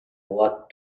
what